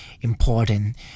important